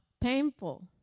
painful